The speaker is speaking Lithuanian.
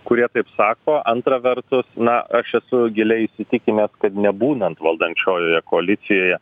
kurie taip sako antra vertus na aš esu giliai įsitikinęs kad nebūnant valdančiojoje koalicijoje